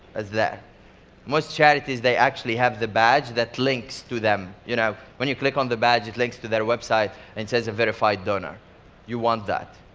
there. most charities, they actually have the badge that links to them. you know when you click on the badge, it links to their website and says a verified donor you want that.